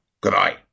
Goodbye